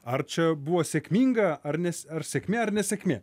ar čia buvo sėkminga ar nes ar sėkmė ar nesėkmė